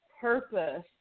purpose